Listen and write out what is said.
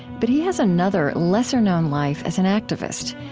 but he has another, lesser-known life as an activist.